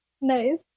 Nice